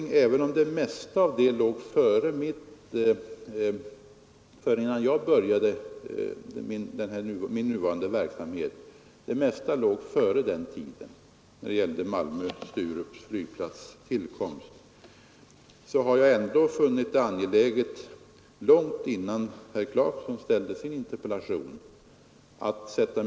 Och även om det mesta av förberedelsearbetet för flygplatsen Malmö/Sturup gjordes innan jag började min nuvarande verksamhet har jag ändå långt innan herr Clarkson framställde sin interpellation funnit det vara angeläget att sätta mig in i det arbetet.